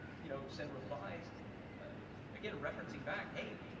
you know send replies again, referencing back hey,